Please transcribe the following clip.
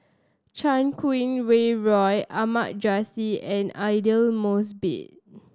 Chan Kum Wah Roy Ahmad Jais and Aidli Mosbit